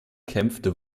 kämpfte